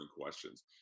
questions